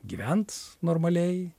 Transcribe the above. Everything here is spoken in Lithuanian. gyvent normaliai